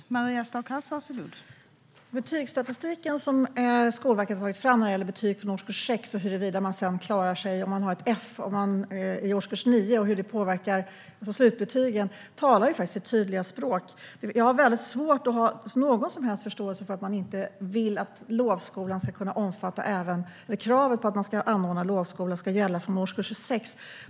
Fru talman! Betygsstatistiken som Skolverket har tagit fram när det gäller betyg från årskurs 6 och huruvida man sedan klarar sig om man har ett F i årskurs 9 och hur det alltså påverkar slutbetygen, talar faktiskt sitt tydliga språk. Jag har mycket svårt att ha någon som helst förståelse för att man inte vill att kravet på att det ska anordnas lovskola ska gälla från årskurs 6.